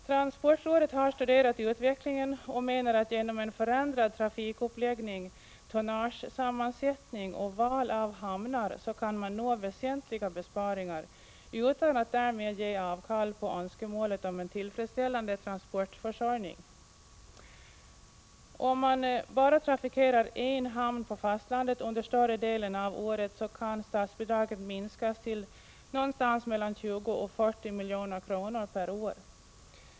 Transportrådet har studerat utvecklingen och menar att man genom förändrad trafikuppläggning, tonnagesammansättning och val av hamnar kan nå väsentliga besparingar utan att därmed ge avkall på önskemålet om en tillfredsställande transportförsörjning. Om man bara trafikerar en hamn på fastlandet under större delen av året kan statsbidraget minskas till 20-40 milj.kr. per år.